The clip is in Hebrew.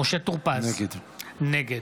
משה טור פז, נגד